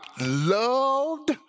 loved